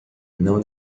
não